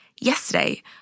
Yesterday